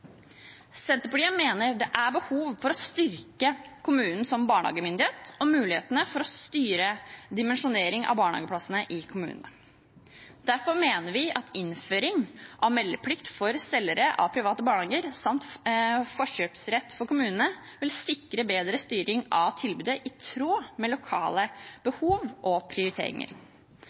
Senterpartiet mener det er behov for å styrke kommunen som barnehagemyndighet og mulighetene for å styre dimensjonering av barnehageplassene i kommunene. Derfor mener vi at innføring av meldeplikt for selgere av private barnehager samt forkjøpsrett for kommunene vil sikre bedre styring av tilbudet, i tråd med lokale behov og prioriteringer.